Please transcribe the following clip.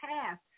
past